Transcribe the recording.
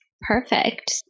Perfect